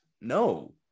No